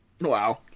Wow